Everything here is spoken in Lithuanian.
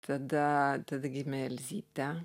tada tada gimė elzytė